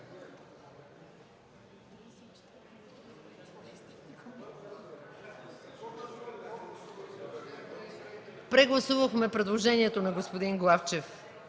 на гласуване предложението на господин Главчев